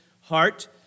heart